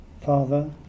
Father